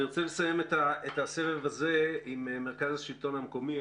אני רוצה לסיים את הסבב הזה עם מרכז השלטון המקומי,